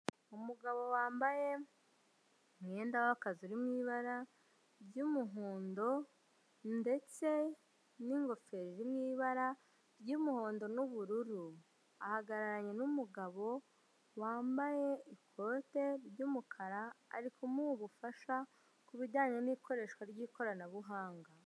Umugabo wambaye umwenda w'akazi uri mu ibara ry'umuhondo, ndetse n'ingofero iri mu ibara ry'umuhondo n'ubururu. Ahagararanye n'umugabo wambaye ikote ry'umukara, ari kumuha ubufasha kubijyanye n'ikoreshwa ry'ikoranabuhanga.